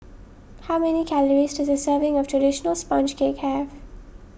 how many calories does a serving of Traditional Sponge Cake have